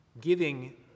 giving